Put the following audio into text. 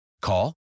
Call